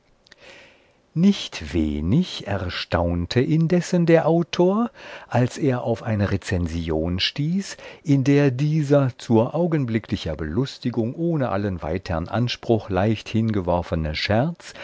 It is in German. nicht wenig erstaunte indessen der autor als er auf eine rezension stieß in der dieser zu augenblicklicher belustigung ohne allen weitern anspruch leicht hingeworfene scherz